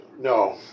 No